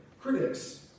critics